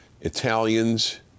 Italians